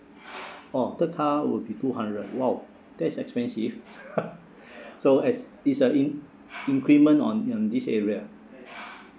oh third car would be two hundred !wow! that's expensive so as is a in increment on on this area